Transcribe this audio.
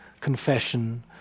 confession